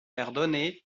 perdone